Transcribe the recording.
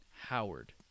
Howard